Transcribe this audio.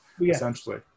essentially